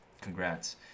Congrats